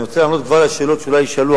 אני רוצה לענות כבר עכשיו לשאלות שאולי יישאלו,